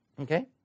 Okay